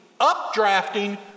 updrafting